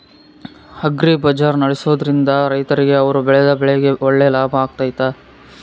Agri Bazaar ನಡೆಸ್ದೊರಿಂದ ರೈತರಿಗೆ ಅವರು ಬೆಳೆದ ಬೆಳೆಗೆ ಒಳ್ಳೆ ಲಾಭ ಆಗ್ತೈತಾ?